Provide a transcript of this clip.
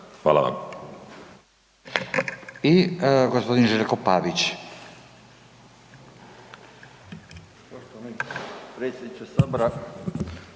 I na kraju gospodin Željko Pavić.